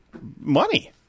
money